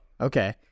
okay